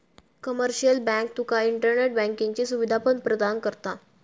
commercial bank तुका internet बँकिंगची सुवीधा पण प्रदान करता